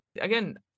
Again